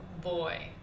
boy